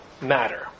matter